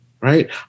right